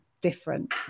different